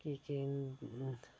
कि के